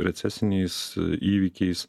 recesiniais įvykiais